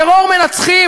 טרור מנצחים.